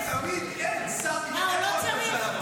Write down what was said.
מה, הוא לא צריך?